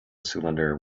cylinder